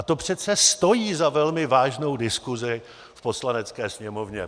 To přece stojí za velmi vážnou diskusi v Poslanecké sněmovně.